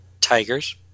Tigers